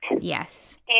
Yes